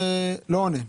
לא ענה.